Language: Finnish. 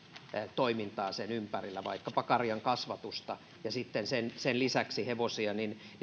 toimintaa sen ympärillä vaikkapa karjankasvatusta ja sitten sen sen lisäksi hevosia